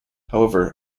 however